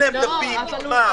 אין להם דפים, נגמר.